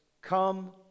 come